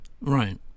Right